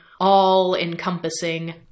all-encompassing